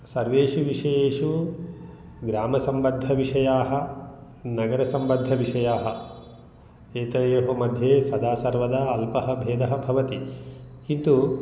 सर्वेषु विषयेषु ग्रामसम्बद्धविषयाः नगरसम्बद्धविषयाः एतयोः मध्ये सदा सर्वदा अल्पः भेदः भवति किन्तु